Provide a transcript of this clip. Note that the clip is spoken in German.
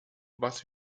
was